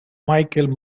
michael